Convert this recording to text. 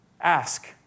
ask